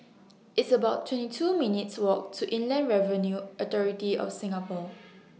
It's about twenty two minutes' Walk to Inland Revenue Authority of Singapore